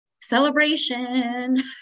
celebration